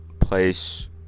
place